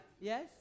Yes